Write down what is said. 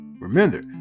remember